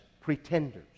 pretenders